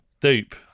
Dupe